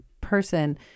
person –